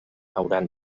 hauran